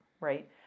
Right